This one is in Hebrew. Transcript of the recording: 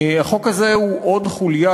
החוק הזה הוא עוד חוליה